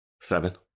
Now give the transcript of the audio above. seven